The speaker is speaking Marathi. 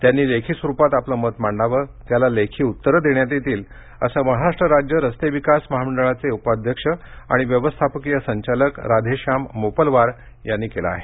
त्यांनी लेखी स्वरूपात आपले मत मांडावे त्याला लेखी उत्तरे देण्यात येतील असं महाराष्ट्र राज्य रस्ते विकास महामंडळाचे उपाध्यक्ष आणि व्यवस्थापकीय संचालक राधेश्याम मोपलवार यांनी स्पष्ट केलं आहे